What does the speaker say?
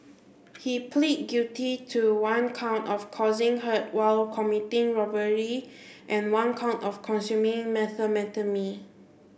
he plead guilty to one count of causing hurt while committing robbery and one count of consuming methamphetamine